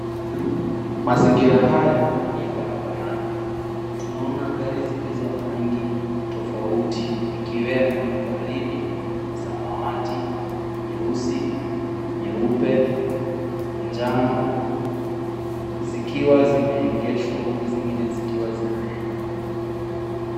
Mazingira haya ni ya barabarani. Tunaona gari zilizo na rangi tofauti ikiwemo waridi, samawati, nyeusi, nyeupe, njano, zikiwa zimeegeshwa huku zingine zikiwa zinaenda.